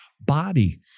body